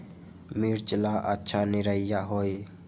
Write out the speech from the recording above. मिर्च ला अच्छा निरैया होई?